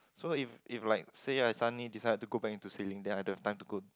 so if if like say right suddenly decided to go back into sailing then I don't have time to go